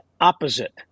opposite